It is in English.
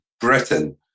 Britain